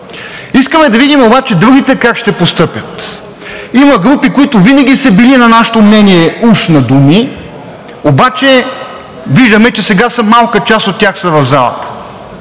Искаме да видим обаче другите как ще постъпят. Има групи, които винаги са били на нашето мнение, уж на думи, обаче виждаме, че сега малка част от тях са в залата.